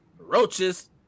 Roaches